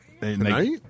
tonight